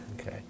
Okay